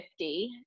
50